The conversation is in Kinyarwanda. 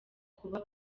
kuba